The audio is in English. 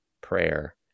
prayer